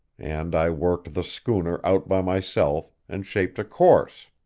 and i worked the schooner out by myself, and shaped a course.